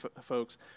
folks